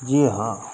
जी हाँ